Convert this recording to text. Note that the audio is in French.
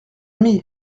ami